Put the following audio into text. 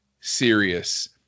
serious